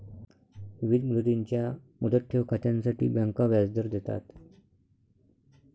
विविध मुदतींच्या मुदत ठेव खात्यांसाठी बँका व्याजदर देतात